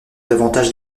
davantage